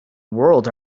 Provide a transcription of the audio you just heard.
world